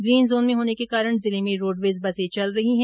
green zone में होने के कारण जिले में रोडवेज बसे चल रही है